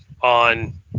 on